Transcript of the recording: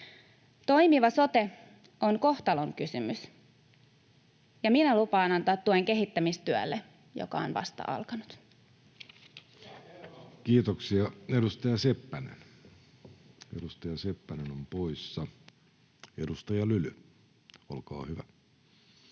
Toimiva sote on kohtalonkysymys. Minä lupaan antaa tuen kehittämistyölle, joka on vasta alkanut. Kiitoksia — Edustaja Seppänen, edustaja Seppänen on poissa. — Edustaja Lyly, olkaa hyvä. Arvoisa